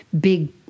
big